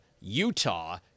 Utah